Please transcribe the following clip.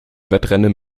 wettrennen